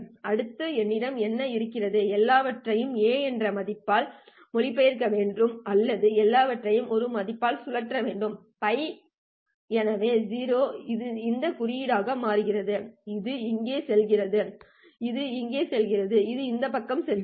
அடுத்து என்னிடம் என்ன இருக்கிறது எல்லாவற்றையும் a என்ற மதிப்பால் மொழிபெயர்க்க வேண்டும் அல்லது எல்லாவற்றையும் ஒரு மதிப்பால் சுழற்ற வேண்டும் π எனவே 0 இந்த குறியீடாக மாறுகிறது இது இங்கே செல்கிறது இது இங்கே செல்கிறது இது இந்த பக்கத்திற்கு செல்கிறது